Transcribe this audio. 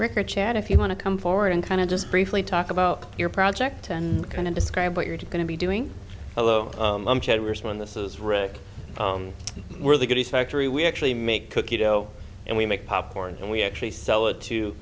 record chad if you want to come forward and kind of just briefly talk about your project and kind of describe what you're going to be doing a low risk when this is rick where the good is factory we actually make cookie dough and we make popcorn and we actually sell it to